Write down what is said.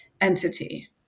entity